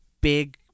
big